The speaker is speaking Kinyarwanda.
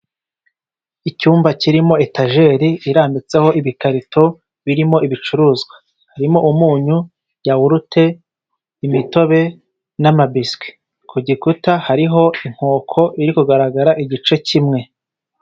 Icyumba kirimo etajeri irambitseho ibikarito birimo ibicuruzwa, harimo umunyu, yawurute, imitobe, n'amabiswi. Ku gikuta hariho inkoko iri kugaragara igice kimwe.